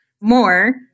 more